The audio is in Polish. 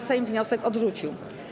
Sejm wniosek odrzucił.